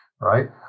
right